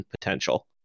potential